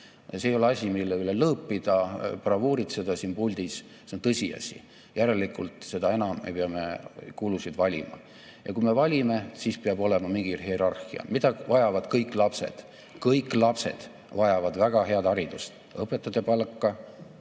See ei ole asi, mille üle lõõpida, bravuuritseda siin puldis, see on tõsiasi. Järelikult seda enam me peame kulusid valima. Ja kui me valime, siis peab olema mingi hierarhia. Mida vajavad kõik lapsed? Kõik lapsed vajavad väga head haridust. Õpetajate palka